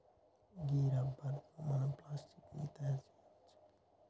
గీ rubber తో మనం plastic ని తయారు చేయవచ్చు